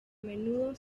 menudo